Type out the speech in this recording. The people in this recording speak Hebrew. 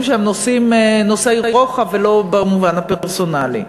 שהם נושאי רוחב ולא במובן הפרסונלי.